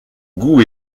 goût